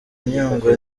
nyungwe